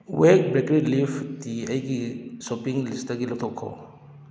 wake bakery ꯂꯤꯐ ꯇꯤ ꯑꯩꯒꯤ ꯁꯣꯞꯄꯤꯡ ꯂꯤꯁꯇꯒꯤ ꯂꯧꯊꯣꯛꯈꯣ